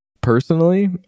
Personally